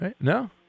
No